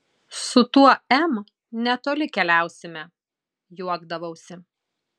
su tuo m netoli keliausime juokdavausi